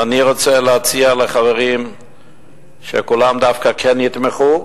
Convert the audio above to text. ואני רוצה להציע לחברים שכולם דווקא כן יתמכו,